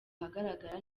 ahagaragara